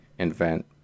invent